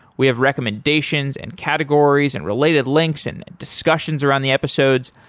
we have recommendations and categories and related links and discussions around the episodes.